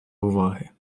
уваги